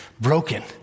broken